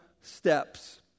steps